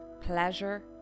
pleasure